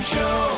Show